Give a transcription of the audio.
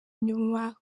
inyuma